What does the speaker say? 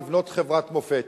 לבנות חברת מופת.